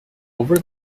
over